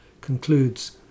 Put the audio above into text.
concludes